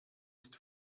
ist